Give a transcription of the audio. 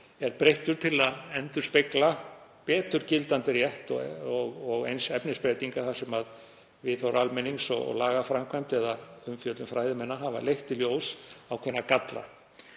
er breyttur til að endurspegla betur gildandi rétt og síðan efnisbreytingar þar sem viðhorf almennings og lagaframkvæmd eða umfjöllun fræðimanna hafa leitt í ljós ákveðna galla.